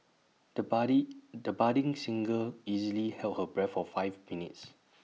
the buddy the budding singer easily held her breath for five minutes